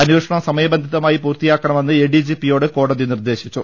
അന്വേഷണം സമയ ബന്ധിതമായി പൂർത്തിയാക്കണമെന്ന് എഡിജിപി യോട് കോടതി നിർദേശിച്ചു